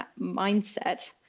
mindset